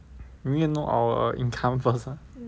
we need to know our income first ah